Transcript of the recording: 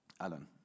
Alan